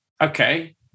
okay